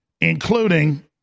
including